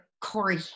Corey